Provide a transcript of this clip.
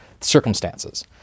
circumstances